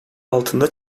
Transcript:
altında